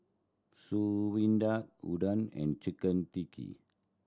Udon and Chicken